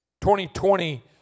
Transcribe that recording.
2020